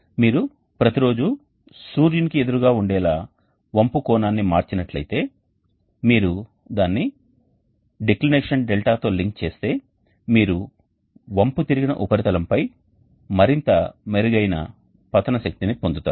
మీరు ప్రతిరోజూ సూర్యునికి ఎదురుగా ఉండేలా వంపు కోణాన్ని మార్చినట్లయితే మీరు దానిని డిక్లినేషన్ డెల్టాతో లింక్ చేస్తే మీరు వంపుతిరిగిన ఉపరితలం పై మరింత మెరుగైన పతన శక్తిని పొందుతారు